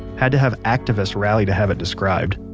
had to have activists rally to have it described